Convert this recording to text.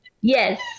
yes